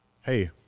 hey